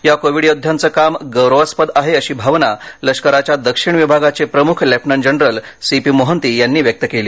या कोविड योद्ध्यांचं काम गौरवास्पद आहेअशी भावना लष्कराच्या दक्षिण विभागाचे प्रमुख lieutenant general C P Mohanty यांनी व्यक्त केली